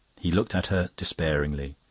he looked at her despairingly.